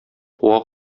куа